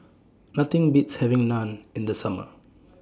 Nothing Beats having Naan in The Summer